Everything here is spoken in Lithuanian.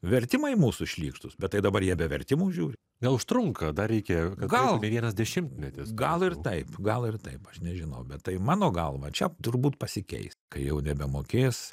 vertimai mūsų šlykštūs bet tai dabar jie be vertimų žiūri gal užtrunka dar reikia gal ne vienas dešimtmetis gal ir taip gal ir taip aš nežinau bet tai mano galva čia turbūt pasikeis kai jau nebemokės